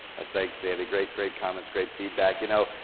thanks andy, great, great comments, great feedback. you know,